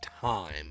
time